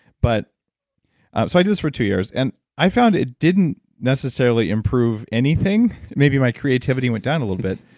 but so i did this for two years, and i found it didn't necessarily improve anything, maybe my creativity went down a little bit,